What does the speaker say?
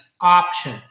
option